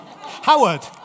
howard